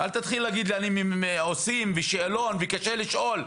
אל תתחיל להגיד לי עושים שאלות וקשה לשאול.